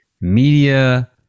media